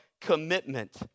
commitment